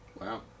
Wow